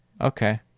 Okay